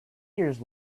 years